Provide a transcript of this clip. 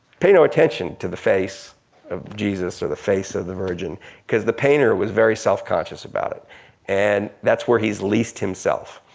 pay no attention to the face of jesus or the face of the virgin cause the painter was very self conscious about it and that's where he's least himself.